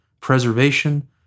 preservation